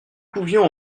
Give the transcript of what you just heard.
pouvions